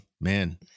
man